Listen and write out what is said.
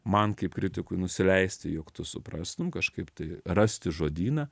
man kaip kritikui nusileisti jog tu suprastum kažkaip tai rasti žodyną